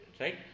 Right